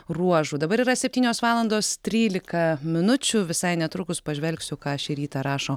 ruožų dabar yra septynios valandos trylika minučių visai netrukus pažvelgsiu ką šį rytą rašo